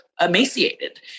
emaciated